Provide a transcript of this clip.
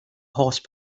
horse